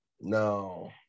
No